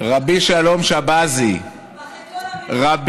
// בוגד מחרחר ריב